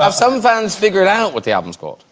um some fans figured out what the album's called.